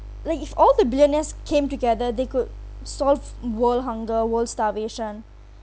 like if all the billionaires came together they could solve world hunger world starvation